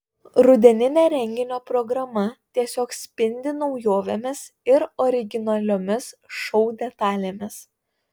rudeninė renginio programa tiesiog spindi naujovėmis ir originaliomis šou detalėmis